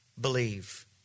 believe